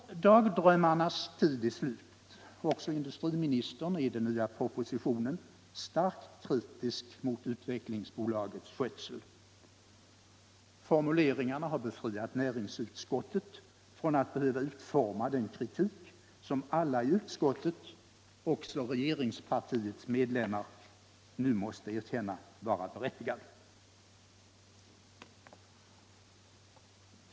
Dagdrömmarnas tid är nu förbi. Också industriministern är i den nya propositionen starkt kritisk mot Svenska Utvecklingsaktiebolagets skötsel. Formuleringarna har befriat näringsutskottet från att utforma den kritik som alla i utskottet — också regeringspartiets medlemmar —- nu måste erkänna vara berättigad.